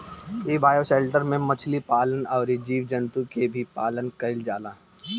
इ बायोशेल्टर में मछली पालन अउरी जीव जंतु के भी पालन कईल जाला